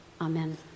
Amen